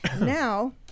Now